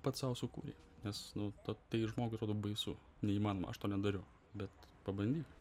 pats sau sukūrei nes nu to tai žmogui atrodo baisu neįmanoma aš to nedariau bet pabandyk